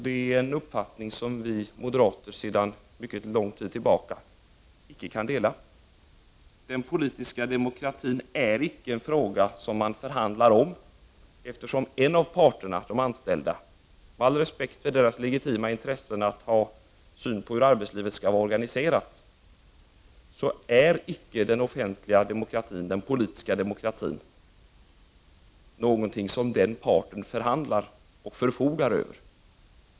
Det är en uppfattning som vi moderater sedan mycket lång tid tillbaka icke kan dela. Den politiska demokratin är icke en fråga som man förhandlar om. Med all respekt för de anställdas legitima intressen av att ha synpunkter på hur arbetslivet skall vara organiserat är den politiska demokratin icke någonting som den parten förhandlar om och förfogar över.